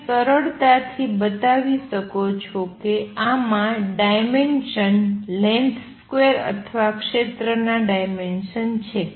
તમે સરળતાથી બતાવી શકો છો કે આમાં ડાયમેન્સન લેંથ સ્કેવર અથવા ક્ષેત્રના ડાયમેન્સન છે